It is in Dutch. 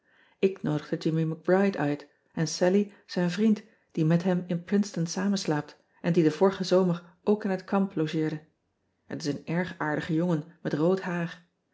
k noodigde immie c ride uit en allie zijn vriend die met hem in rinceton samen slaapt en die den vorigen zomer ook in het kamp logeerde et is een erg aardige jongen met rood haar